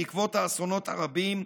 בעקבות האסונות הרבים,